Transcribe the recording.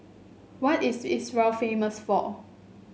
what is Israel famous for